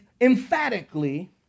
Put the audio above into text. emphatically